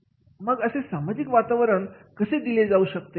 मग असे सामाजिक वातावरण कसे दिले जाऊ शकते